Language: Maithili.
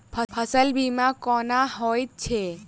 फसल बीमा कोना होइत छै?